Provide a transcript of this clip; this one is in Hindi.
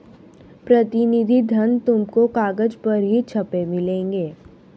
प्रतिनिधि धन तुमको कागज पर ही छपे मिलेंगे